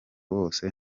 bose